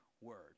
word